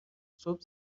صبح